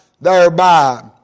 thereby